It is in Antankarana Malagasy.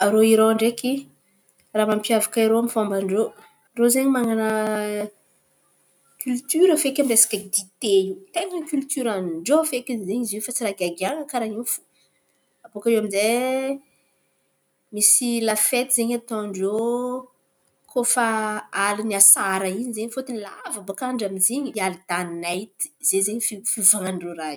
Rô Iran ndraiky, mampiavak’irô amy fomban-drô, rô ze man̈ana kiolotora feky, amy resaka dite io. Ten̈a kiolotoran-drô feky izy iô fa tsy raha giagiahan̈a karà in̈y fo. Abaka iô aminjay misy la fety zen̈y ataon-drô koa fa alin̈y asara in̈y ze. Fôtony lavAbaka andra amy zin̈y iardania naitia zay zen̈y fivolan̈an-drô raha io.